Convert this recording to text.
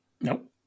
nope